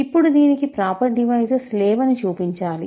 ఇప్పుడు దీనికి proper divisors లేవని చూపించాలి